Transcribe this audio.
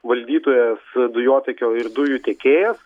valdytojas dujotiekio ir dujų teikėjas